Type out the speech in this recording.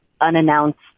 unannounced